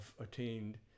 attained